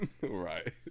Right